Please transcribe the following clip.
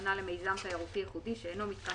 הכוונה למיזם תיירותי ייחודי שאין לו מתקן